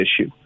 issue